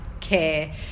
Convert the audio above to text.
care